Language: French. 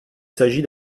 s’agit